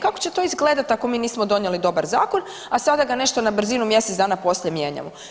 Kako će to izgledati ako mi nismo donijeli dobar zakon, a sada ga nešto na brzinu mjesec dana poslije mijenjamo.